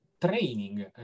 training